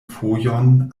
fojon